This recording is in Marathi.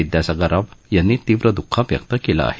विद्यासागर राव यांनी तीव्र दुःख व्यक्त केलं आहे